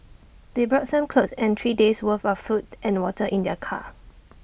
they brought some clothes and three days' worth of food and water in their car